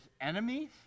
enemies